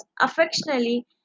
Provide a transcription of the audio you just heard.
affectionately